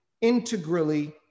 integrally